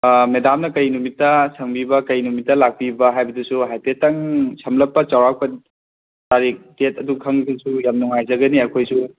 ꯃꯦꯗꯥꯝꯅ ꯀꯔꯤ ꯅꯨꯃꯤꯠꯇ ꯁꯪꯕꯤꯕ ꯀꯔꯤ ꯅꯨꯃꯤꯠꯇ ꯂꯥꯛꯄꯤꯕ ꯍꯥꯏꯕꯗꯨꯁꯨ ꯍꯥꯏꯐꯦꯠꯇꯪ ꯁꯝꯂꯞꯄ ꯆꯥꯎꯔꯥꯛꯄ ꯇꯔꯤꯛ ꯗꯦꯠ ꯑꯗꯨ ꯈꯪꯕꯗꯨꯁꯨ ꯌꯥꯝ ꯅꯨꯡꯉꯥꯏꯖꯒꯅꯤ ꯑꯩꯈꯣꯏꯁꯨ